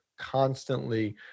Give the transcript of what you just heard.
constantly